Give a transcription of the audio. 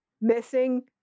missing